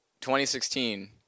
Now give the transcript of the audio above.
2016